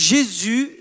Jésus